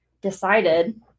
decided